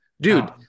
dude